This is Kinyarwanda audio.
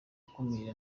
gukumira